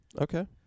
Okay